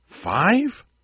Five